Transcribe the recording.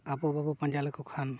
ᱟᱵᱚ ᱵᱟᱵᱚᱱ ᱯᱟᱸᱡᱟ ᱞᱮᱠᱚ ᱠᱷᱟᱱ